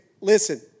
listen